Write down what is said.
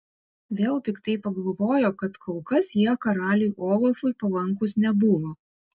vėl piktai pagalvojo kad kol kas jie karaliui olafui palankūs nebuvo